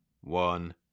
one